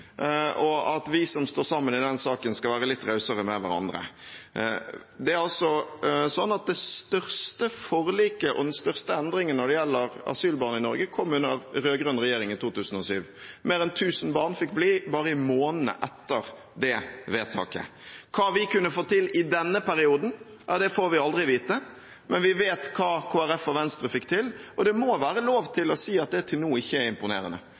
og at vi som står sammen i den saken, skal være litt rausere med hverandre. Det er også sånn at det største forliket og den største endringen når det gjelder asylbarn i Norge, kom under rød-grønn regjering i 2007. Mer enn 1 000 barn fikk bli bare i månedene etter det vedtaket. Hva vi kunne fått til i denne perioden, får vi aldri vite, men vi vet hva Kristelig Folkeparti og Venstre fikk til, og det må være lov til å si at det til nå ikke er imponerende